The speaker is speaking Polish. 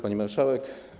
Pani Marszałek!